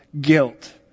Guilt